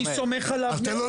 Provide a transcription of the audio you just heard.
אני סומך עליו.